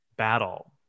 battle